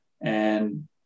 And-